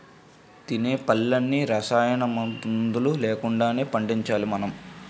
తినే పళ్ళన్నీ రసాయనమందులు లేకుండానే పండించాలి మనం